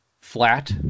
flat